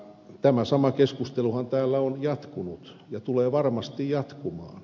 tämä sama keskusteluhan täällä on jatkunut ja tulee varmasti jatkumaan